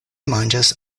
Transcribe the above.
manĝas